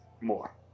more